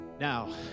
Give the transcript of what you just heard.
Now